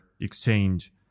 exchange